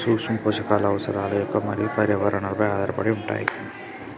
సూక్ష్మపోషకాల అవసరాలు మొక్క మరియు పర్యావరణంపై ఆధారపడి ఉంటాయి